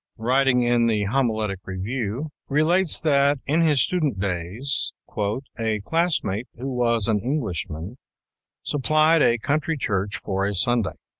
writing in the homiletic review, relates that in his student days a classmate who was an englishman supplied a country church for a sunday.